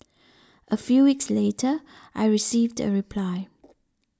a few weeks later I received a reply